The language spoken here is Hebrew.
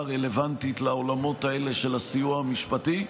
הרלוונטית לעולמות האלה של הסיוע המשפטי.